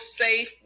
safe